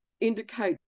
indicate